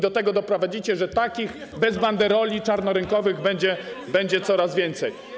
Do tego doprowadzicie, że takich bez banderoli, czarnorynkowych, będzie coraz więcej.